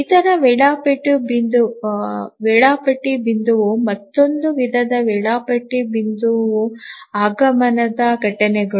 ಇತರ ವೇಳಾಪಟ್ಟಿ ಬಿಂದುವು ಮತ್ತೊಂದು ವಿಧದ ವೇಳಾಪಟ್ಟಿ ಬಿಂದುವು ಆಗಮನದ ಘಟನೆಗಳು